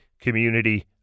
community